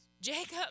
Jacob